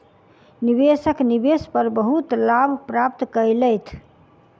निवेशक निवेश पर बहुत लाभ प्राप्त केलैथ